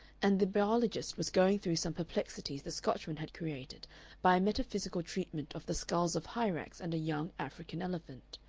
and the biologist was going through some perplexities the scotchman had created by a metaphysical treatment of the skulls of hyrax and a young african elephant.